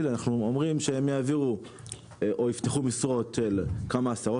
אנחנו אומרים שהם יעבירו או יפתחו משרות של כמה עשרות,